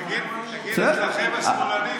תגיד: אצלכם השמאלנים.